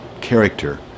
character